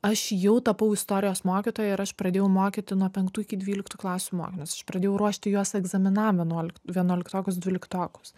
aš jau tapau istorijos mokytoja ir aš pradėjau mokyti nuo penktų iki dvyliktų klasių mokinius aš pradėjau ruošti juos egzaminam vienuol vienuoliktokus dvyliktokus